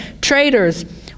traitors